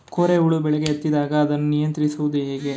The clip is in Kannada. ಕೋರೆ ಹುಳು ಬೆಳೆಗೆ ಹತ್ತಿದಾಗ ಅದನ್ನು ನಿಯಂತ್ರಿಸುವುದು ಹೇಗೆ?